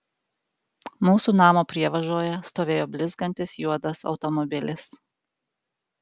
mūsų namo prievažoje stovėjo blizgantis juodas automobilis